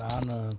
நான்